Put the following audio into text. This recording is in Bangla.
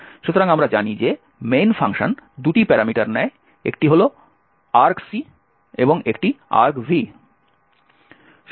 সুতরাং আমরা জানি যে main ফাংশন দুটি প্যারামিটার নেয় একটি হল argc এবং একটি argv